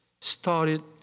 started